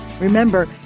Remember